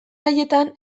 haietan